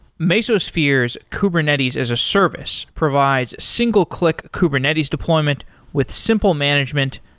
mesosphere's kubernetes as a service provides single click kubernetes deployment with simple management,